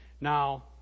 Now